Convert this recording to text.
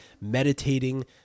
meditating